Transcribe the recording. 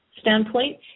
standpoint